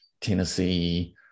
Tennessee